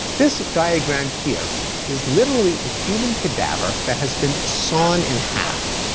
this diagram here is literally a human cadaver that has been sawn in half.